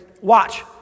watch